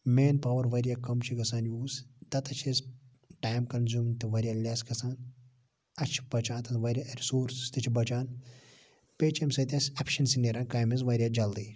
main power واریاہ کم چھُ گَژھان یوٗز تتن چھِ أسۍ ٹایم کَنزیوم تہِ واریاہ لیٚس گَژھان اَسہِ چھِ بَچان تتھ واریاہ رِسورسِز تہِ چھِ بَچان بیٚیہِ چھِ امہِ سۭتۍ اَسہِ ایٚفشَنسی نیران کامہِ ہٕنٛز واریاہ جلدی